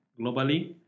globally